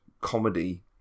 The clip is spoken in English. comedy